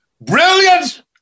Brilliant